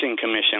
Commission